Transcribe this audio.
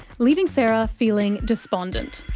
leaving sarah feeling despondent.